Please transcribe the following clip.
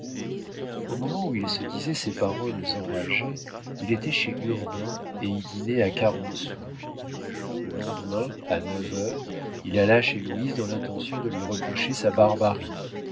au moment où il se disait ces paroles enragées il était chez hurbain et y dînait à quarante sous le lendemain à neuf heures il alla chez louise dans l'intention de lui reprocher sa barbarie